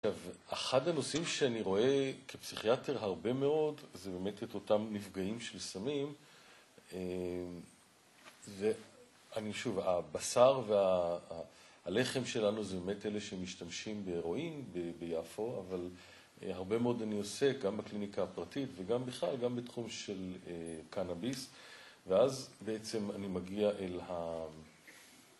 אגב, אחד הנושאים שאני רואה כפסיכיאטר הרבה מאוד זה באמת את אותם נפגעים של סמים. ואני שוב, הבשר והלחם שלנו זה באמת אלה שמשתמשים באירועים, ביפו, אבל הרבה מאוד אני עושה גם בקליניקה הפרטית וגם בכלל, גם בתחום של קנאביס. ואז בעצם אני מגיע אל ה...